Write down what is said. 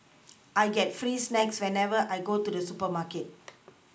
I get free snacks whenever I go to the supermarket